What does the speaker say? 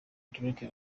drake